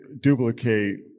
duplicate